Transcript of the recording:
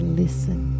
listen